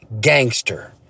gangster